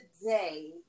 today